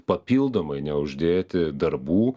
papildomai neuždėti darbų